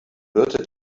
birte